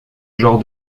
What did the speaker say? genre